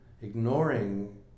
ignoring